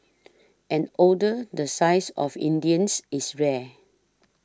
an order the size of India's is rare